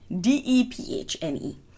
D-E-P-H-N-E